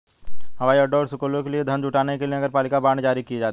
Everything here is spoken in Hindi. हवाई अड्डों और स्कूलों के लिए धन जुटाने के लिए नगरपालिका बांड जारी किए जाते हैं